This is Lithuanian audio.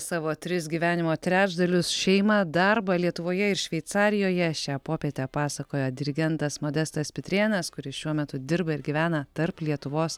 savo tris gyvenimo trečdalius šeimą darbą lietuvoje ir šveicarijoje šią popietę pasakoja dirigentas modestas pitrėnas kuris šiuo metu dirba ir gyvena tarp lietuvos